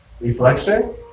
reflection